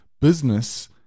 Business